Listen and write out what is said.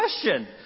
question